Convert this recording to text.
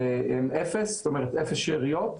הם אפס, זאת אומרת, אפס שאריות.